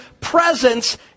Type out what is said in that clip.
presence